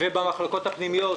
ובמחלקות הפנימיות,